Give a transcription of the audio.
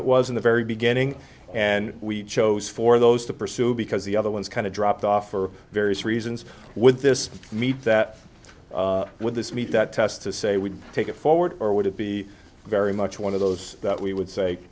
it was in the very beginning and we chose for those to pursue because the other ones kind of dropped off for various reasons with this meet that with this meet that test to say we take it forward or would it be very much one of those that we would say